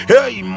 Hey